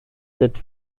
sed